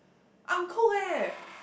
uncooked leh